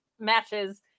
matches